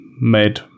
made